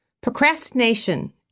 Procrastination